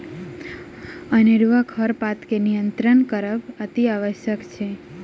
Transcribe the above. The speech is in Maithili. अनेरूआ खरपात के नियंत्रण करब अतिआवश्यक अछि